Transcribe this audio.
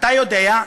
אתה יודע,